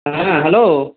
হ্যাঁ হ্যালো